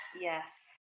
yes